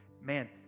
man